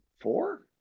four